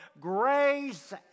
Grace